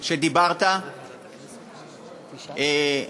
שדיברת עליהם.